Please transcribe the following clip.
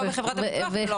לא בחברת הביטוח ולא בשב"ן.